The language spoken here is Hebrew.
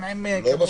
לא עם הסגול.